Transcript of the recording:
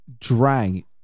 drag